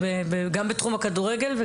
גם בתחום הכדורגל,